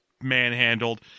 manhandled